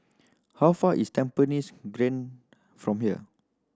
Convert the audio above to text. how far is Tampines Grande from here